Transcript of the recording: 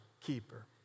keeper